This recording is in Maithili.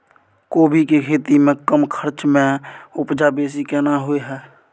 कोबी के खेती में कम खर्च में उपजा बेसी केना होय है?